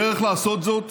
הדרך לעשות זאת